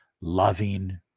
loving